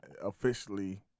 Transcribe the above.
officially